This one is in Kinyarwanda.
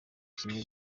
kimwe